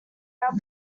are